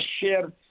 share